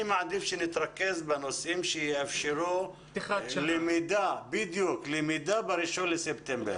אני מעדיף שנתרכז בנושאים שיאפשרו למידה ב-1 בספטמבר.